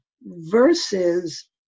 Versus